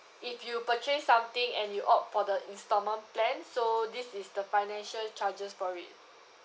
if you purchase something and you opt for the instalment plan so this is the financial charges for it